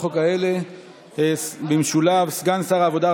החוק האלה במשולב סגן שר העבודה,